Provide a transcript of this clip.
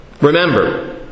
remember